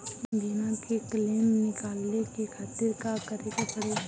बीमा के क्लेम निकाले के खातिर का करे के पड़ी?